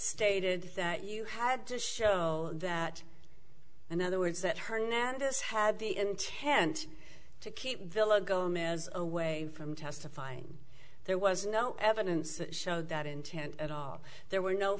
stated that you had to show that in other words that hernandez had the intent to keep villa gomez away from testifying there was no evidence that showed that intent at all there were no